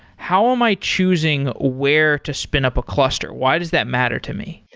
how am i choosing where to spin up a cluster? why does that matter to me?